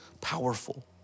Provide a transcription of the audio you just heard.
powerful